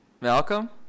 Malcolm